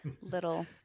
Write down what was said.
little